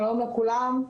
שלום לכולם.